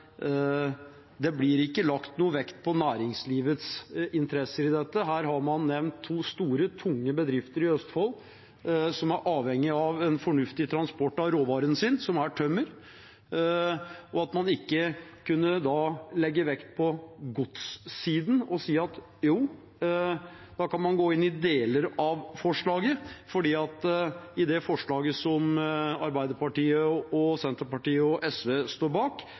det blir ikke lagt noe vekt på næringslivets interesser i dette. Her har man nevnt to store, tunge bedrifter i Østfold som er avhengige av en fornuftig transport av råvaren sin, som er tømmer. Hvorfor kunne man ikke da legge vekt på godssiden og si at man kan gå inn i deler av forslaget? For i det forslaget som Arbeiderpartiet, Senterpartiet og SV står bak,